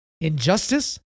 injustice